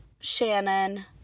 Shannon